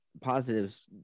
positives